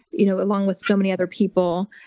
you know along with so many other people.